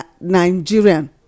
nigerian